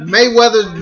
Mayweather